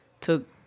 took